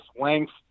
length